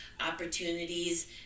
opportunities